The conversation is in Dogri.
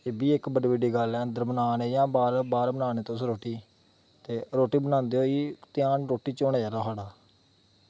एह् बी इक बड़ी बड्डी गल्ल ऐ अन्दर बना ने जां बाह्र बना ने तुस रोटी ते रोटी बनांदे होई ध्यान रोटी च होना चाहिदा साढ़ा